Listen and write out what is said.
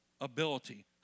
ability